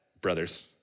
brothers